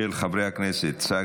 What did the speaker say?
אושרה